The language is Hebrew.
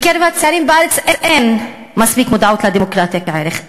בקרב הצעירים בארץ אין מספיק מודעות לדמוקרטיה כערך,